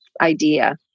idea